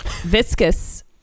viscous